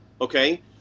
okay